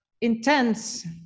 intense